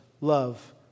love